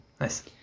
nice